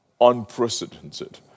Unprecedented